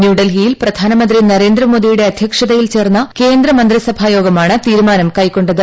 ന്യൂഡൽഹിയിൽ പ്രധാനമന്ത്രി നരേന്ദ്രമോദിയുടെ അധൃക്ഷതയിൽ ചേർന്ന കേന്ദ്ര മന്ത്രിസഭാ യോഗമാണ് തീരുമാനം കൈക്കൊണ്ടത്